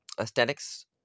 aesthetics